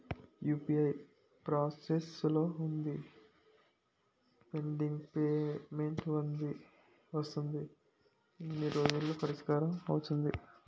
UPI process లో వుంది pending payment వస్తుంది ఎన్ని రోజుల్లో పరిష్కారం అవుతుంది